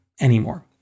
anymore